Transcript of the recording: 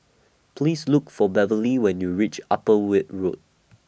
Please Look For Beverly when YOU REACH Upper Weld Road